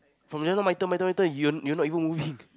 from just now my turn my turn my turn your your not even moving